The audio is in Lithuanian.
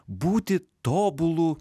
būti tobulu